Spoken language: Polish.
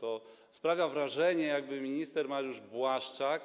To sprawia wrażenie, jakby minister Mariusz Błaszczak